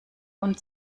und